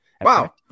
Wow